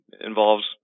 involves